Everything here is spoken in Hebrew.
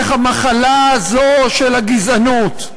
איך המחלה של הגזענות,